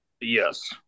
Yes